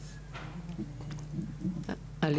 אנחנו